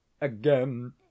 again